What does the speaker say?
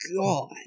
God